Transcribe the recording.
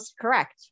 Correct